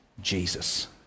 Jesus